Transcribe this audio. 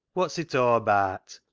wot's it aw abaat?